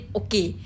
okay